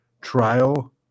trial